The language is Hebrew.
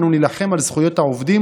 אנו נילחם על זכויות העובדים,